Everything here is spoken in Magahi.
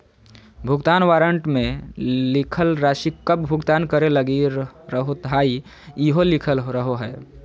भुगतान वारन्ट मे लिखल राशि कब भुगतान करे लगी रहोहाई इहो लिखल रहो हय